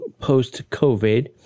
post-COVID